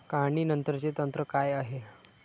काढणीनंतरचे तंत्र काय आहे?